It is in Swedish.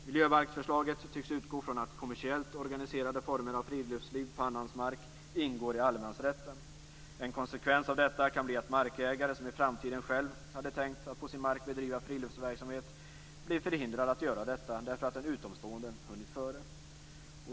Miljöbalksförslaget tycks utgå från att kommersiellt organiserade former av friluftsliv på annans mark ingår i allemansrätten. En konsekvens av detta kan bli att markägare som i framtiden själv hade tänkt att på sin mark bedriva friluftsverksamhet blir förhindrade att göra detta därför att en utomstående hunnit före.